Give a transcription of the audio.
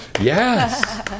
Yes